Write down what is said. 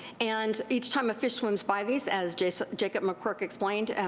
and each time a fish swims by these as jacob jacob mccork explained, and